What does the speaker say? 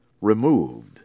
removed